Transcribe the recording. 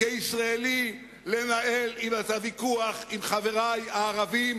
כישראלי לנהל את הוויכוח עם חברי הערבים